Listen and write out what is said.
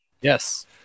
yes